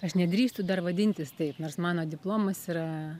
aš nedrįstu dar vadintis taip nors mano diplomas yra